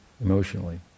emotionally